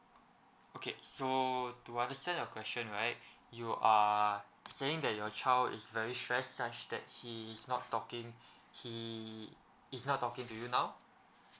okay so to understand your question right you are saying that your child is very stressed such that he is not talking he is not talking to you now